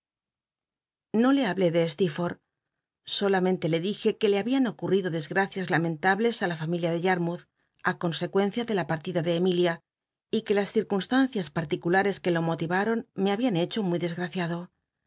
no le hablé de ste solamente le dije c uc le hablan ocurl'ido tle gmrias lamenta je ú la familia de yarmouth á con e ucncia ele la partida ele emilia y que las circunstancias par'licularcs que lo motin tron me hablan hecho muy desgraciado